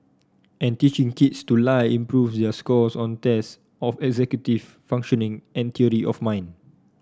and teaching kids to lie improves their scores on tests of executive functioning and duty of mind